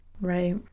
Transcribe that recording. Right